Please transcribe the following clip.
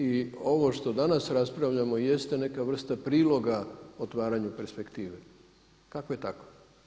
I ovo što danas raspravljamo jeste neka vrsta priloga otvaranju perspektive, kakve takve.